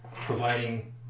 providing